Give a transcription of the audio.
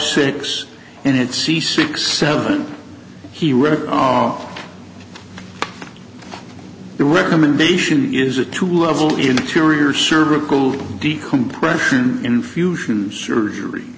six and it c six seven he read off the recommendation is a two level interior cervical decompression infusion surgery